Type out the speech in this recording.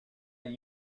gli